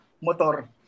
Motor